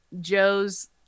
Joe's